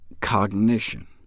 cognition